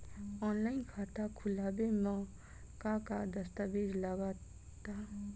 Online खाता खूलावे म का का दस्तावेज लगा ता?